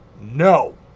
no